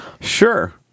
Sure